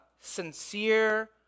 sincere